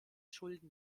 schulden